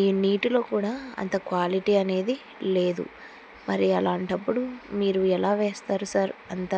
ఈ నీటిలో కూడా అంత క్వాలిటీ అనేది లేదు మరి అలాంటప్పుడు మీరు ఎలా వేస్తారు సార్ అంత